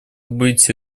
быть